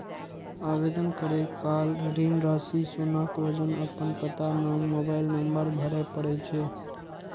आवेदन करै काल ऋण राशि, सोनाक वजन, अपन पता, नाम, मोबाइल नंबर भरय पड़ै छै